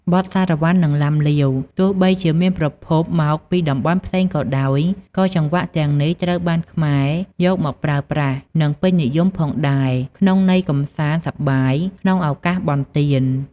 បទសារ៉ាវ៉ាន់ និងឡាំលាវ: ទោះបីជាមានប្រភពមកពីតំបន់ផ្សេងក៏ដោយ ក៏ចង្វាក់ទាំងនេះត្រូវបានខ្មែរយកមកប្រើប្រាស់ និងពេញនិយមផងដែរ ក្នុងន័យកម្សាន្តសប្បាយក្នុងឱកាសបុណ្យទាន។